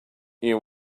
you